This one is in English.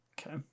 okay